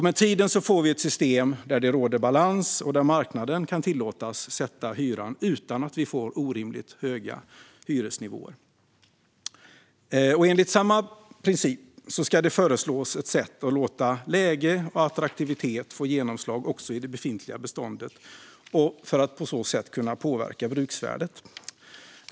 Med tiden får vi ett system där det råder balans och där marknaden kan tillåtas sätta hyran utan att vi får orimligt höga hyresnivåer. Enligt samma princip ska det föreslås ett sätt att låta läge och attraktivitet få ett genomslag också i det befintliga beståndet för att på så sätt kunna påverka bruksvärdet.